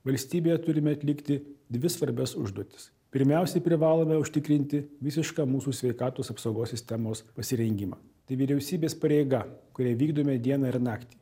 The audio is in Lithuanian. valstybėje turime atlikti dvi svarbias užduotis pirmiausia privalome užtikrinti visišką mūsų sveikatos apsaugos sistemos pasirengimą tai vyriausybės pareiga kurią vykdome dieną ir naktį